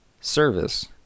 service